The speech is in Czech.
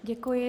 Děkuji.